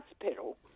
hospital